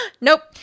Nope